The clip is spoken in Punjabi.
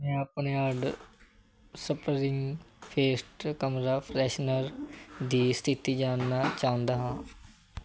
ਮੈਂ ਆਪਣੇ ਆਡਰ ਸਪਰਿੰਗ ਫੇਸਟ ਕਮਰਾ ਫਰੈਸ਼ਨਰ ਦੀ ਸਥਿਤੀ ਜਾਣਨਾ ਚਾਹੁੰਦਾ ਹਾਂ